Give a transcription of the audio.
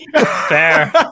Fair